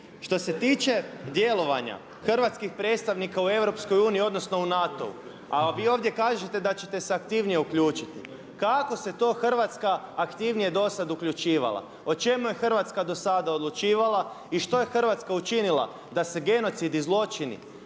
Što se tiče djelovanja hrvatskih predstavnika u EU odnosno u NATO-u, a vi ovdje kažete da ćete se aktivnije uključiti, kako se to Hrvatska aktivnije dosad uključivala? O čemu je Hrvatska dosada odlučivala i što je Hrvatska učinila da se genocid i zločini